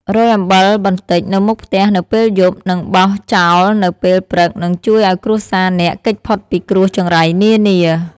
រោយអំបិលបន្តិចនៅមុខផ្ទះនៅពេលយប់ និងបោសចោលនៅពេលព្រឹកនឹងជួយឲ្យគ្រួសារអ្នកគេចផុតពីគ្រោះចង្រៃនានា ។